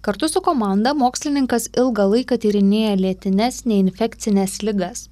kartu su komanda mokslininkas ilgą laiką tyrinėja lėtines neinfekcines ligas